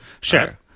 Sure